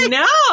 no